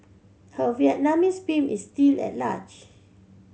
her Vietnamese pimp is still at large